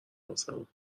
واسمون